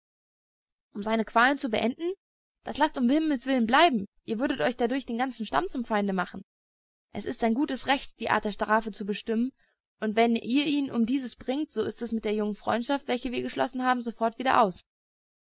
um seine qualen zu beenden das laßt ums himmels willen sein ihr würdet euch dadurch den ganzen stamm zum feinde machen es ist sein gutes recht die art der strafe zu bestimmen und wenn ihr ihn um dieses bringt so ist es mit der jungen freundschaft welche wir geschlossen haben sofort wieder aus